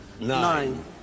Nine